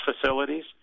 facilities